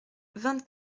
vingt